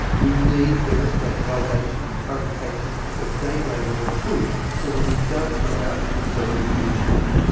we need better standardisation and clarification of date labels on food, so that we don't throw out perfectly good food.